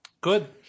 Good